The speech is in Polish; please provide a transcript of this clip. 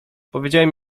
powiedziałem